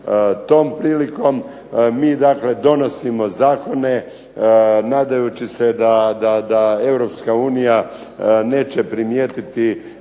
tom prilikom mi dakle donosimo zakone nadajući se da EU neće primijetiti